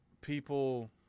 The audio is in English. people